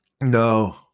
No